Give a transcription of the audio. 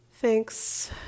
Thanks